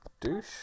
douche